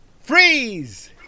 Freeze